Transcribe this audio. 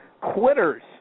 Quitters